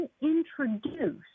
introduce